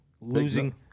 losing